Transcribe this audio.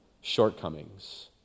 shortcomings